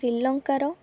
ଶ୍ରୀଲଙ୍କାର